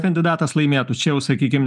kandidatas laimėtų čiau jau sakykim